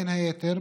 בין היתר,